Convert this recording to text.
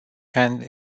and